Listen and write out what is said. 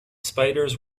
spiders